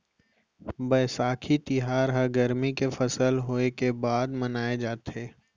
बयसाखी तिहार ह गरमी के फसल होय के बाद मनाए जाथे